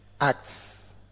acts